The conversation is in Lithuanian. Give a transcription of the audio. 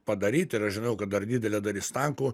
padaryt ir aš žinau kad dar didelė dalis tankų